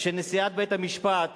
שנשיאת בית-המשפט,